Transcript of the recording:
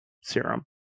serum